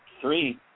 three